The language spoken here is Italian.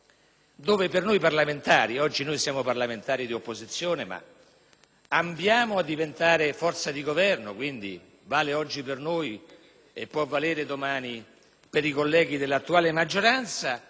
per noi parlamentari - oggi di opposizione, ma ambiamo a diventare forza di Governo (quindi vale oggi per noi e può valere domani per i colleghi dell'attuale maggioranza)